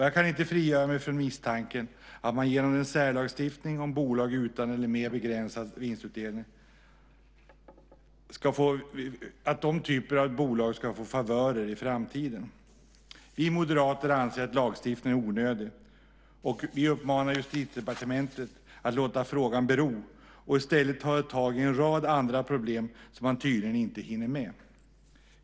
Jag kan inte frigöra mig från misstanken att man genom en särlagstiftning om bolag utan eller med begränsat vinstintresse menar att de bolagen ska få favörer i framtiden. Vi moderater anser att lagstiftningen är onödig. Vi uppmanar Justitiedepartementet att låta frågan bero och i stället ta tag i en rad andra problem som man tydligen inte hinner med.